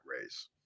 race